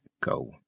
go